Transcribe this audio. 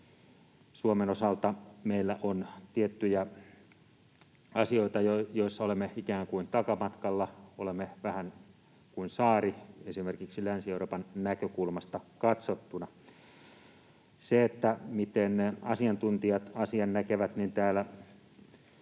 Suomen osalta meillä on tiettyjä asioita, joissa olemme ikään kuin takamatkalla, olemme vähän kuin saari, esimerkiksi Länsi-Euroopan näkökulmasta katsottuna. Se, miten asiantuntijat asian näkevät, niin täällä